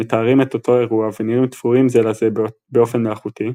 שמתארים את אותו אירוע ונראים "תפורים" זה לזה באופן מלאכותי,